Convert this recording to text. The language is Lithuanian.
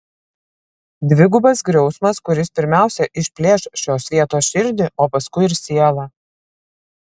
dvigubas griausmas kuris pirmiausia išplėš šios vietos širdį o paskui ir sielą